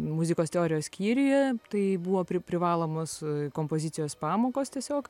muzikos teorijos skyriuje tai buvo pri privalomos kompozicijos pamokos tiesiog